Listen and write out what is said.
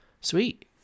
Sweet